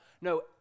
No